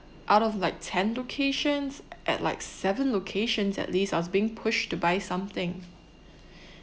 out of like ten locations at like seven locations at least I was being pushed to buy something